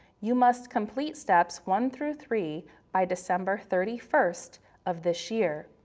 you must complete steps one through three by december thirty first of this year.